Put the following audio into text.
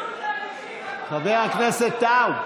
חבר הכנסת אוחנה,